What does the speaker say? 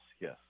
yes